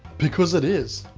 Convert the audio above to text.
because it is.